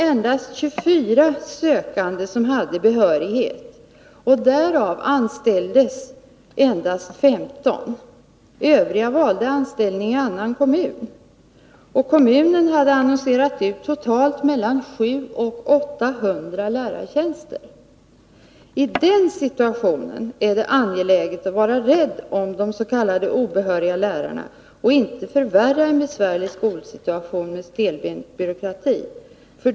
Endast 24 sökande hade behörighet, varav bara 15 anställdes. De övriga valde anställning i annan kommun. Botkyrka hade annonserat ut totalt mellan 700 och 800 lärartjänster. I den situationen är det angeläget att vara rädd om de s.k. obehöriga lärarna och inte förvärra en besvärlig skolsituation genom stelbent byråkrati.